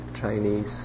Chinese